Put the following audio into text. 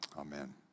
amen